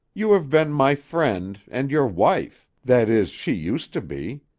you have been my friend, and your wife that is, she used to be.